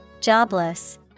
Jobless